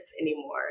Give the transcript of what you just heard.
anymore